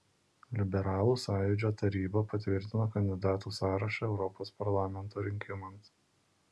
liberalų sąjūdžio taryba patvirtino kandidatų sąrašą europos parlamento rinkimams